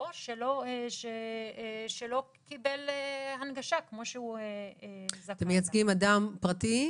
או שלא קיבל הנגשה כמו שהוא זכאי לה.